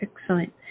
Excellent